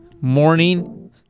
Morning